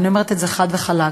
ואני אומרת את זה חד וחלק.